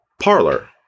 parlor